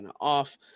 off